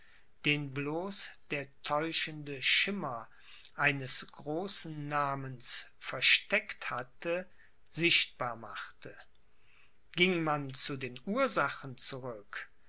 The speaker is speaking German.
den bloß der täuschende schimmer eines großen namens versteckt hatte sichtbar machte ging man zu den ursachen zurück